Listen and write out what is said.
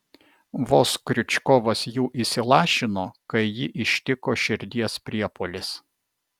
vos kriučkovas jų įsilašino kai jį ištiko širdies priepuolis